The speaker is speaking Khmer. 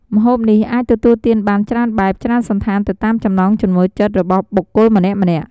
ម្ហូបនេះអាចទទួលទានបានច្រើនបែប ច្រើនសណ្ឋានទៅតាមចំណង់ចំណូលចិត្តរបស់បុគ្គលម្នាក់ៗ។